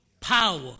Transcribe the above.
power